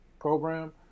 program